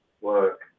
work